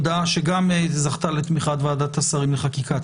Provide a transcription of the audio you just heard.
שזכתה גם היא לתמיכת ועדת השרים לחקיקה.